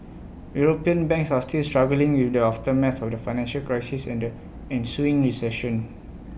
european banks are still struggling with the aftermath of the financial crisis and the ensuing recession